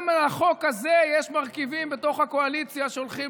גם לחוק הזה יש מרכיבים בתוך הקואליציה שהולכים